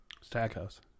Stackhouse